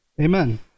Amen